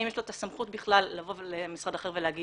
האם יש לו את הסמכות בכלל לבוא למשרד אחר ולהגיד: